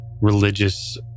religious